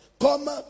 Comme